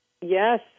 Yes